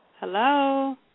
Hello